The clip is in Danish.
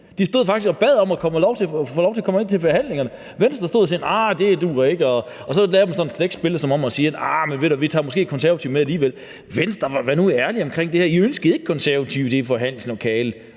faktisk og bad om at få lov til at komme ind til forhandlingerne. Venstre stod og sagde: Nej, det duer ikke. Og så lavede man sådan et slet spil, hvor man sagde: Njah, vi tager måske Konservative med alligevel. Venstre, vær nu ærlige omkring det her! I ønskede jo ikke Konservative i det forhandlingslokale.